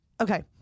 okay